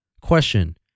Question